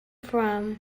from